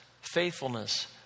faithfulness